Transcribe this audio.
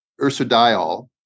ursodiol